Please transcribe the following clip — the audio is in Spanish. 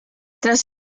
tras